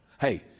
Hey